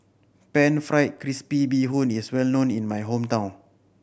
Pan Fried Crispy Bee Hoon is well known in my hometown